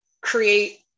create